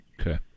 okay